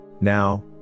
Now